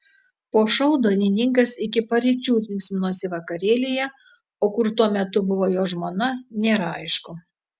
po šou dainininkas iki paryčių linksminosi vakarėlyje o kur tuo metu buvo jo žmona nėra aišku